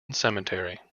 cemetery